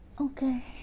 Okay